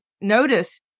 notice